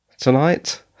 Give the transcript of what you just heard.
...tonight